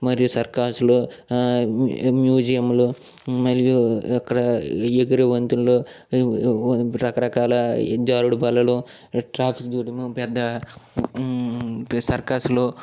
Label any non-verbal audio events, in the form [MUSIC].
మరియు సర్కస్లో వు మ్యూజియములు మరియు అక్కడ ఎగిరే వంతెనలు ఈ రకరకాల జారుడు బల్లలు ట్రాఫిక్ [UNINTELLIGIBLE] పెద్ద సర్కస్లు